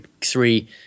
three